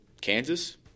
Kansas